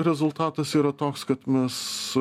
rezultatas yra toks kad mes